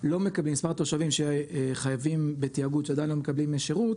התושבים, שחייבים בתיאגוד ועדיין לא מקבלים שירות